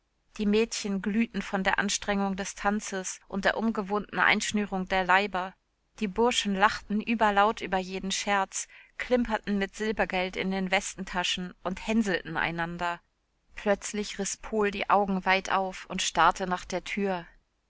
die mädchen glühten von der anstrengung des tanzes und der ungewohnten einschnürung der leiber die burschen lachten überlaut über jeden scherz klimperten mit silbergeld in den westentaschen und hänselten einander plötzlich riß pohl die augen weit auf und starrte nach der tür